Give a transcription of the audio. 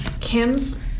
Kim's